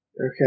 Okay